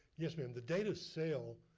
yes ma'am, the date of sale,